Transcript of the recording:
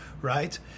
right